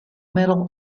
metal